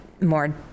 more